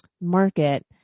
market